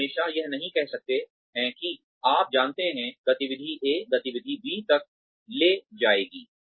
आप हमेशा यह नहीं कह सकते हैं कि आप जानते हैं गतिविधि A गतिविधि B तक ले जाएगी